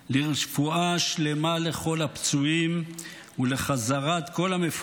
לרפואה שלמה לכל הפצועים ולחזרת כל המפונים